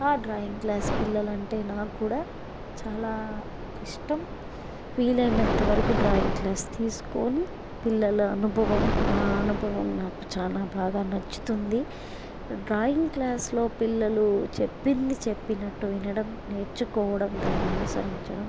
drawing class పిల్లలంటే నాక్కూడా చాలా ఇష్టం వీలైనంతవరకు డ్రాయింగ్ క్లాస్ తీసుకొని పిల్లల అనుభవం నా అనుభవం చాలా బాగా నచ్చుతుంది డ్రాయింగ్ క్లాస్లో పిల్లలు చెప్పింది చెప్పినట్టు వినడం నేర్చుకోవడం దాన్ని అనుసరించడం